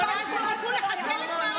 זה לא פוליטיזציה, זה החוק.